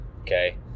Okay